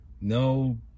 no